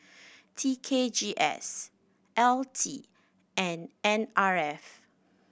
T K G S L T and N R F